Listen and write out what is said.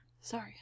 Sorry